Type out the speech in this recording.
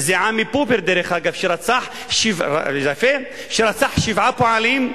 זה עמי פופר, שרצח שבעה פועלים.